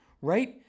Right